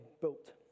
built